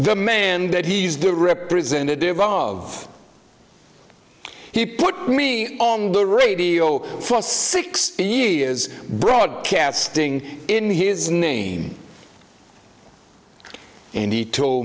the man that he is the representative of he put me on the radio for sixty years broadcasting in his name and he told